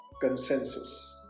consensus